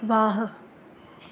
वाह